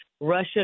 Russia